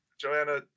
Joanna